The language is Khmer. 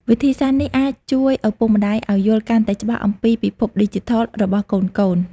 វិធីសាស្រ្តនេះអាចជួយឪពុកម្តាយឱ្យយល់កាន់តែច្បាស់អំពីពិភពឌីជីថលរបស់កូនៗ។